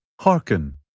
Hearken